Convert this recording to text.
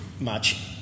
match